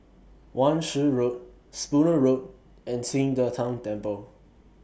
Wan Shih Road Spooner Road and Qing De Tang Temple